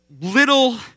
little